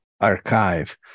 archive